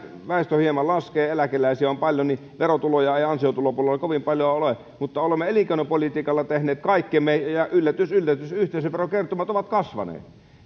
väestö hieman laskee eläkeläisiä on paljon niin verotuloja ei ansiotulopuolella kovin paljon ole mutta olemme elinkeinopolitiikalla tehneet kaikkemme ja yllätys yllätys yhteisöverokertymät ovat kasvaneet